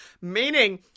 Meaning